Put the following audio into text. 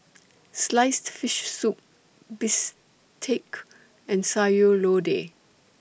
Sliced Fish Soup Bistake and Sayur Lodeh